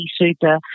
Super